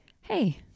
hey